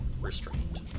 restrained